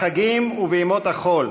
בחגים ובימות החול,